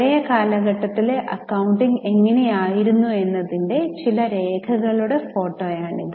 പഴയ കാലഘട്ടത്തിലെ അക്കൌണ്ടിംഗ് എങ്ങനെ ആയിരുന്നു എന്നതിന്റെ ചില രേഖകളുടെ ഫോട്ടോയാണിത്